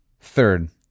Third